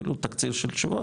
כאילו תקציר של תשובות,